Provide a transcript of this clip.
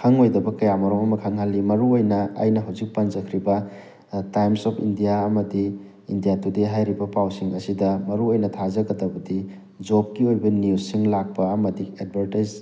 ꯈꯪꯂꯣꯏꯗꯕ ꯀꯌꯥꯃꯔꯨꯝ ꯑꯃ ꯈꯪꯍꯜꯂꯤ ꯃꯔꯨꯑꯣꯏꯅ ꯑꯩꯅ ꯍꯧꯖꯤꯛ ꯄꯟꯖꯈ꯭ꯔꯤꯕ ꯇꯥꯏꯝꯁ ꯑꯣꯐ ꯏꯟꯗꯤꯌꯥ ꯑꯃꯗꯤ ꯏꯟꯗꯤꯌꯥ ꯇꯨꯗꯦ ꯍꯥꯏꯔꯤꯕ ꯄꯥꯎꯁꯤꯡ ꯑꯁꯤꯗ ꯃꯔꯨꯑꯣꯏꯅ ꯊꯥꯖꯒꯗꯕꯗꯤ ꯖꯣꯕꯀꯤ ꯑꯣꯏꯕ ꯅ꯭ꯌꯨꯁꯁꯤꯡ ꯂꯥꯛꯄ ꯑꯃꯗꯤ ꯑꯦꯠꯚꯔꯇꯥꯏꯁ